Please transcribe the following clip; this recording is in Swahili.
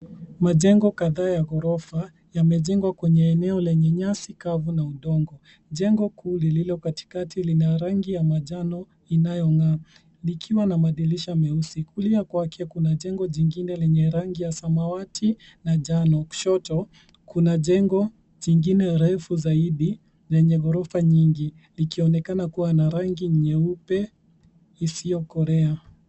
Majengo kadhaa ya ghorofa yamejengwa kwenye eneo lenye nyasi kavu na udongo. Jengo kuu lililo katikati lina rangi ya manjano inayong'aa likiwa na madirisha meusi. Kulia kwake kuna jengo jingine lenye rangi ya samawati na njano. Kushoto kuna jengo jingine refu zaidi lenye ghorofa nyingi likionekana kuwa na rangi nyeupe isiyokolea.